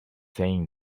saying